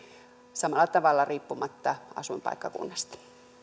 samalla tavalla riippumatta asuinpaikkakunnasta